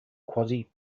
quasi